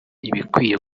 ibikwiye